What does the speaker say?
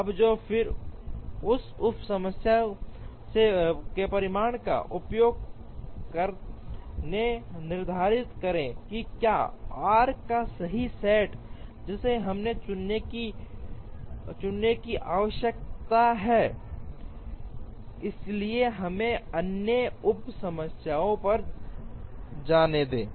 अब और फिर उस उप समस्या से परिणाम का उपयोग करके निर्धारित करें कि क्या है आर्क्स का सही सेट जिसे हमें चुनने की आवश्यकता है इसलिए हमें अन्य उप समस्या पर जाने दें